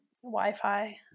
Wi-Fi